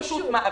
חלק הגישו.